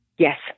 Yes